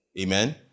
Amen